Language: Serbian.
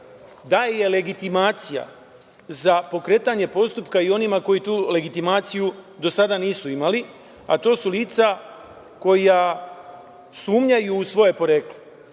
daje legitimacija za pokretanje postupka i onima koji tu legitimaciju do sada nisu imali, a to su lica koja sumnjaju u svoje poreklo. Dakle,